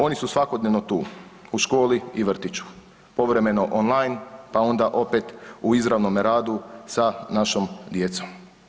Oni su svakodnevno tu, u školi i vrtiću, povremeno on line, pa onda opet u izravnome radu sa našom djecom.